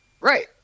Right